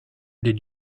did